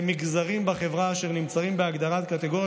למגזרים בחברה אשר נמצאים בהגדרת קטגוריה